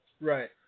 right